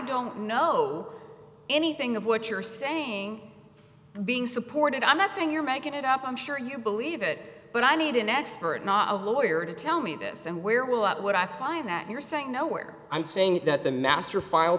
don't know anything of what you're saying being supported i'm not saying you're making it up i'm sure you believe it but i need an expert not a lawyer to tell me this and where will i what i find that you're saying no where i'm saying that the master file